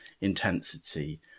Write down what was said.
intensity